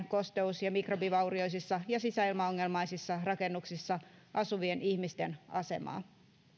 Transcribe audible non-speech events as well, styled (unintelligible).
(unintelligible) kosteus ja mikrobivaurioisissa ja sisäilmaongelmaisissa rakennuksissa asuvien ihmisten asemaa